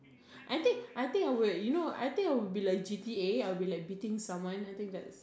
I think I think I would you know I think I would be like G_T_A I would be like beating someone I think that's